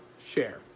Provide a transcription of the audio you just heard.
share